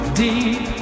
deep